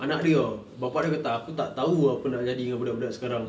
anak dia [tau] bapa dia gertak aku tak tahu apa nak jadi dengan budak-budak sekarang